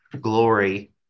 glory